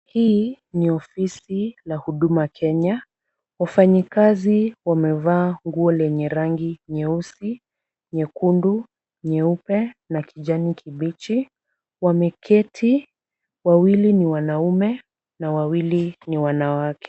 Hii ni ofisi la Huduma Kenya. Wafanyikazi wamevaa nguo lenye rangi nyeusi, nyekundu, nyeupe na kijani kibichi. Wameketi, wawili ni wanaume na wawili ni wanawake.